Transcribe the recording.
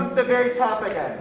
the very top again.